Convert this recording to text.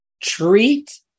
Treat